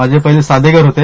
माझे पहिले साधे घर होते